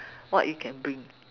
what you can bring